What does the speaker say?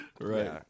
Right